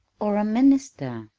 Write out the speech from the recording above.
or a minister.